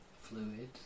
fluid